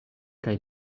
kaj